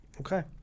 Okay